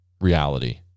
reality